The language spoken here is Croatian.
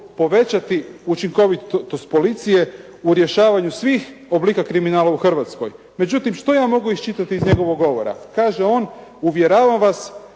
povećati učinkovitost policije u rješavanju svih oblika kriminala u Hrvatskoj. Međutim što ja mogu iščitati iz njegovog govora? Kaže on: «Uvjeravam vas